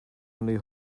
only